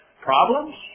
problems